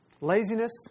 laziness